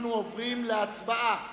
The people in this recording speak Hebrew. אנחנו עוברים להצבעה